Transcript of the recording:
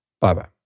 Bye-bye